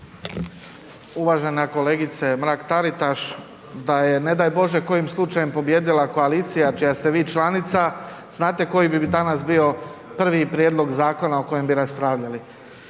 Uvažena kolegice Mrak-Taritaš, da je ne daj Bože, kojim slučajem pobijedila koalicija čija ste vi članica, znate koji bi danas bio prvi prijedlog zakona o kojem bi raspravljali?